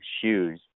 shoes